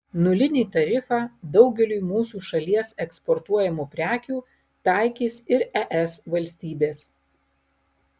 nulinį tarifą daugeliui mūsų šalies eksportuojamų prekių taikys ir es valstybės